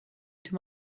too